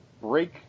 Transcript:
Break